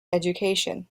education